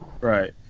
Right